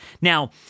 Now